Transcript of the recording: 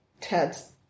Ted's